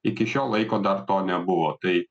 iki šio laiko dar to nebuvo tai